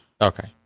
Okay